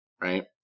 right